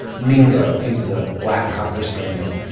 mingo. he was a black cocker spaniel.